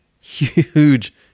huge